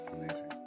amazing